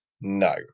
No